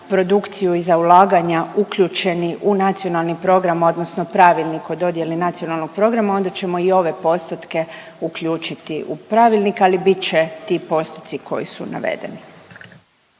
produkciju i za ulaganja uključeni u Nacionalni program, odnosno pravilnik o dodjeli nacionalnog programa onda ćemo i ove postotke uključiti u pravilnik ali bit će ti postotci koji su navedeni.